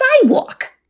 sidewalk